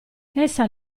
essa